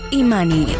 imani